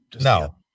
no